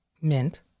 mint